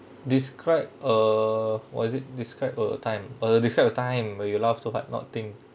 describe a what is it describe a time uh describe a time when you laugh so hard not thing